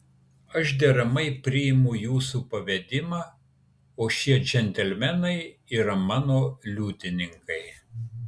aš deramai priimu jūsų pavedimą o šie džentelmenai yra mano liudininkai